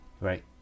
right